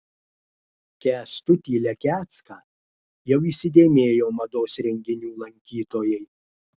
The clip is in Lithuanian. kęstutį lekecką jau įsidėmėjo mados renginių lankytojai